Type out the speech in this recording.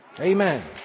Amen